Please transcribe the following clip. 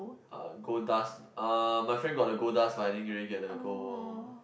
uh gold dust uh my friend got the gold dust but I didn't really get the gold